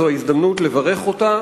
זאת ההזדמנות לברך אותה